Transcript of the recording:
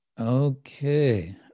Okay